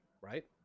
right